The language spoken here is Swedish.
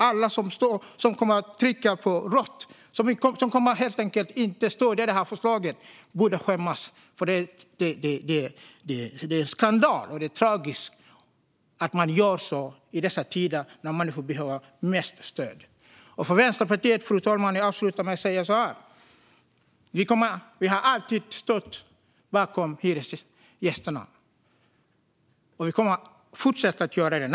Alla som kommer att trycka rött och inte stödja förslaget borde skämmas, för det är skandal och tragiskt att man gör så i dessa tider, när människor behöver som mest stöd. Jag avslutar med att säga att vi i Vänsterpartiet alltid har stått bakom hyresgästerna, och vi kommer att fortsätta att göra det.